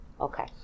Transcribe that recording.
Okay